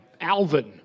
Alvin